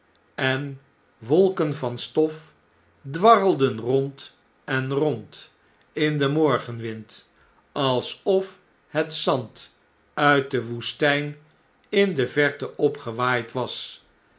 en wolken van stof dwarrelden rond en rond in den morgen wind alsof het zand uit de woestijn in de verte opgewaaid was